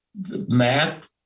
math